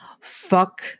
fuck